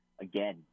again